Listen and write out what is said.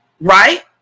right